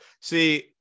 See